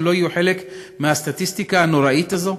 לא יהיו חלק מהסטטיסטיקה הנוראית הזאת?